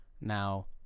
now